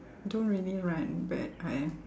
don't really run but I